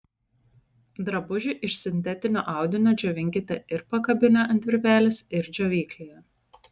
drabužį iš sintetinio audinio džiovinkite ir pakabinę ant virvelės ir džiovyklėje